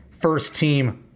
first-team